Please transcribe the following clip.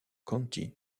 county